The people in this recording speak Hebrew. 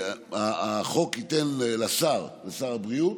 החוק ייתן לשר, שר הבריאות,